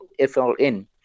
FLN